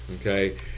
okay